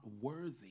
worthy